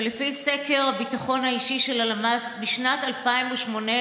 אבל לפי סקר ביטחון אישי של הלמ"ס בשנת 2018,